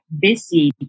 busy